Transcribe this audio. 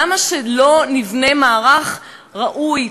למה שלא נבנה מערך ראוי,